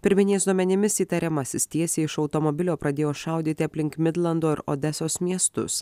pirminiais duomenimis įtariamasis tiesiai iš automobilio pradėjo šaudyti aplink midlando ir odesos miestus